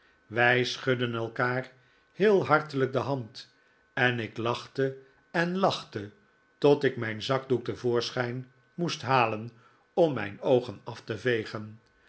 wij schudden elkaar heel hartelijk de hand en ik lachte en lachte tot ik mijn zakdoek te voofschijn moest halen om mijn oogen af te vegen